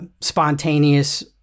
spontaneous